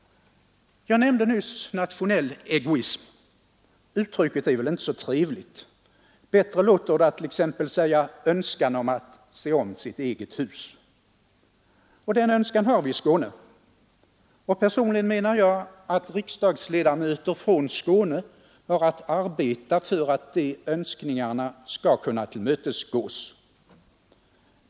Jag nämnde nyss nationell egoism. Uttrycket är inte så trevligt. Det låter bättre att exempelvis säga ”önskan att se om sitt eget hus”. Den önskan har vi i Skåne. Personligen menar jag att riksdagsledamöter från Skåne borde arbeta för att dessa önskningar skall kunna tillmötesgås.